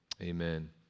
amen